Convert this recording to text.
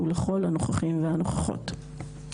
ולכל הנוכחים והנוכחות.